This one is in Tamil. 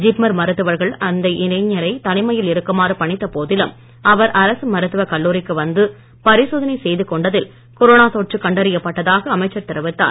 ஜிப்மர் மருத்துவர்கள் அந்த இளைஞரை தனிமையில் இருக்குமாறு பணித்த போதிலும் அவர் அரசு மருத்துவக் கல்லூரிக்கு வந்து பரிசோதனை செய்து கொண்டதில் கொரோனா தொற்று கண்டறியப்பட்டதாக அமைச்சர் தெரிவித்தார்